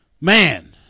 Man